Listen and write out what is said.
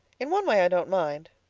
in one way i don't mind.